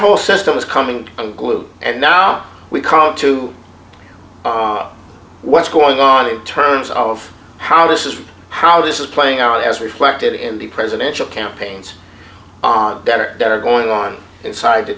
whole system is coming unglued and now we call to what's going on in terms of how this is how this is playing out as reflected in the presidential campaigns on better that are going on inside the